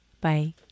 Bye